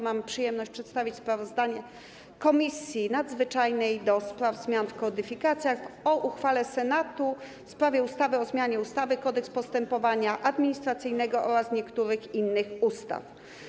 Mam przyjemność przedstawić sprawozdanie Komisji Nadzwyczajnej do spraw zmian w kodyfikacjach o uchwale Senatu w sprawie ustawy o zmianie ustawy - Kodeks postępowania administracyjnego oraz niektórych innych ustaw.